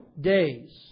days